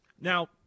Now